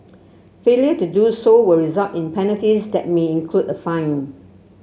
failure to do so will result in penalties that may include a fine